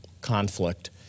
conflict